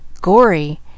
Gory